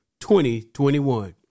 2021